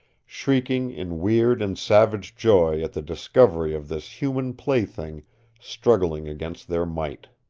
shrieking in weird and savage joy at the discovery of this human plaything struggling against their might.